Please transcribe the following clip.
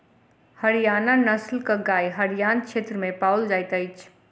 हरयाणा नस्लक गाय हरयाण क्षेत्र में पाओल जाइत अछि